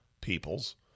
peoples